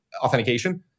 authentication